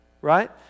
Right